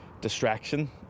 distraction